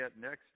next